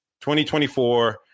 2024